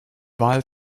wahl